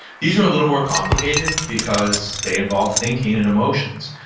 these are a little more complicated because they involve thinking and emotions.